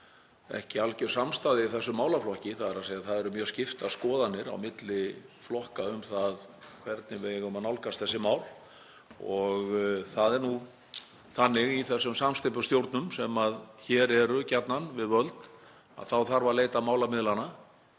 ekki alger samstaða í þessum málaflokki, þ.e. það eru mjög skiptar skoðanir á milli flokka um það hvernig við eigum að nálgast þessi mál. Það er nú þannig í þessum samsteypustjórnum sem hér eru gjarnan við völd að þá þarf að leita málamiðlana